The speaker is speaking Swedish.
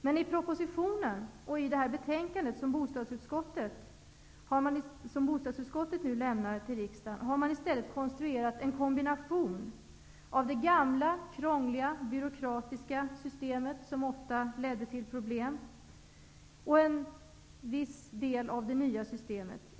Men i propositionen och i det betänkande som bostadsutskottet nu lämnat till riksdagen har man i stället konstruerat en kombination av det gamla krångliga, byråkratiska systemet, som ofta ledde till problem, och en viss del av det nya systemet.